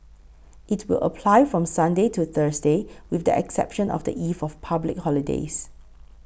it will apply from Sunday to Thursday with the exception of the eve of public holidays